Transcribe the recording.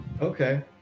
Okay